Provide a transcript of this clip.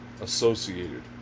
associated